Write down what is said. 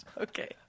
Okay